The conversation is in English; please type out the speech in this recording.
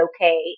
okay